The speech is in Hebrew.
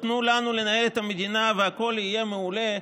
תנו לנו לנהל את המדינה והכל יהיה מעולה,